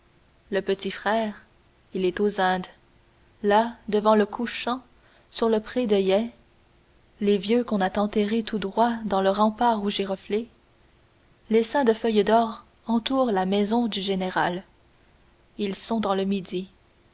le petit frère il est aux indes là devant le couchant sur le pré d'oeillets les vieux qu'on a enterrés tout droits dans le rempart aux giroflées l'essaim des feuilles d'or entoure la maison du général ils sont dans le midi